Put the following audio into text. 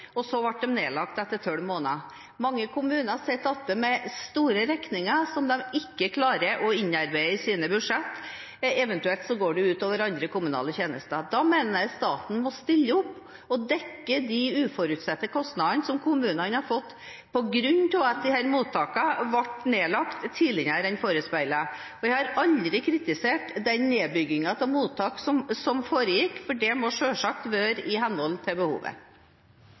og så ble de nedlagt etter tolv måneder. Mange kommuner sitter igjen med store regninger som de ikke klarer å innarbeide i sine budsjetter, eventuelt går det ut over andre kommunale tjenester. Da mener jeg staten må stille opp og dekke de uforutsette kostnadene som kommunene har fått på grunn av at disse mottakene ble nedlagt tidligere enn forespeilet. Vi har aldri kritisert den nedbyggingen av mottak som foregikk, for det må selvsagt være i henhold til behovet.